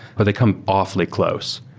but they come awfully close.